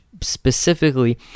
specifically